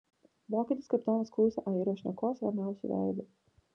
vokietis kapitonas klausė airio šnekos ramiausiu veidu